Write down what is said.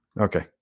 Okay